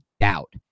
doubt